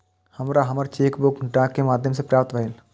हमरा हमर cheque book डाक के माध्यम से प्राप्त भईल